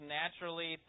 naturally